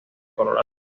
color